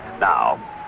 Now